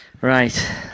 Right